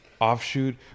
Offshoot